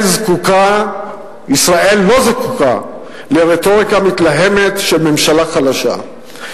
ישראל לא זקוקה לרטוריקה מתלהמת של ממשלה חלשה,